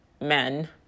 men